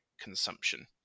consumption